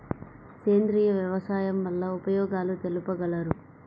సేంద్రియ వ్యవసాయం వల్ల ఉపయోగాలు తెలుపగలరు?